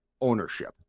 ownership